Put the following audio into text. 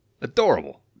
adorable